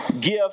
gifts